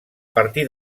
partir